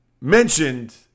mentioned